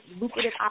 lucrative